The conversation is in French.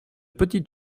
petites